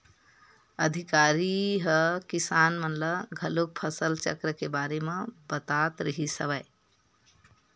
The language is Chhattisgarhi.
अधिकारी ह किसान मन ल घलोक फसल चक्र के बारे म बतात रिहिस हवय